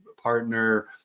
partner